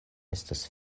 estos